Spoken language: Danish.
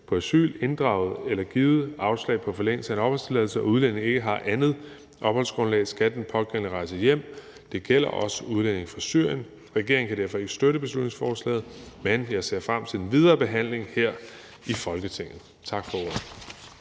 på asyl eller inddraget eller givet afslag på forlængelse af en opholdstilladelse og udlændingen ikke har andet opholdsgrundlag, skal den pågældende rejse hjem. Det gælder også udlændinge fra Syrien. Regeringen kan derfor ikke støtte beslutningsforslaget, men jeg ser frem til den videre behandling her i Folketinget. Tak for ordet.